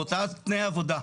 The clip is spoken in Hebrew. באותם תנאי עבודה,